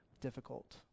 difficult